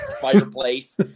fireplace